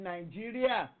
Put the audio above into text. Nigeria